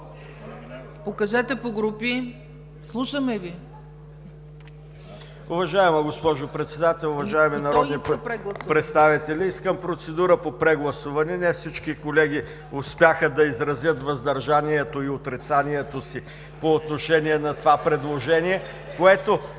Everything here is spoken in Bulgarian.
ДАНАИЛ КИРИЛОВ (ГЕРБ): Уважаема госпожо Председател, уважаеми народни представители! Искам процедура по прегласуване. Не всички колеги успяха да изразят въздържанието и отрицанието си по отношение на това предложение, което